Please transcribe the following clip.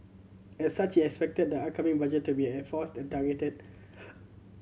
as such he expected the upcoming budget to be air forced and targeted